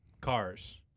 cars